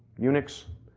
unix,